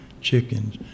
chickens